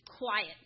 Quiet